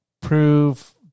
prove